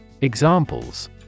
Examples